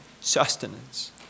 sustenance